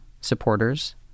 supporters